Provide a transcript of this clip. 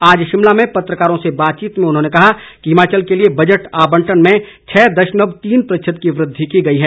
आज शिमला में पत्रकारों से बातचीत में उन्होंने कहा कि हिमाचल के लिए बजट आबंटन में छः दशमलव तीन प्रतिशत की वृद्धि की गई है